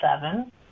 seven